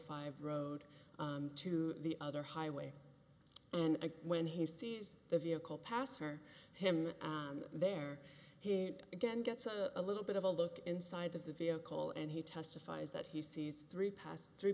five road to the other highway and when he sees the vehicle pass her him there he again gets a little bit of a look inside of the vehicle and he testifies that he sees three past three